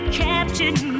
captured